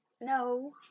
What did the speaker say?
No